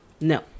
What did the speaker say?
no